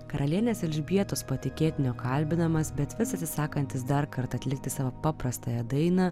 karalienės elžbietos patikėtinio kalbinamas bet vis atsisakantis dar kartą atlikti savo paprastąją dainą